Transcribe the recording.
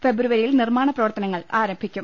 ഫെബ്രുവരിയിൽ നിർമ്മാണ പ്രവർത്തനങ്ങൾ ആരംഭിക്കും